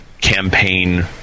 campaign